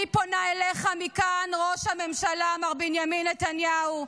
אני פונה אליך מכאן, ראש הממשלה מר בנימין נתניהו: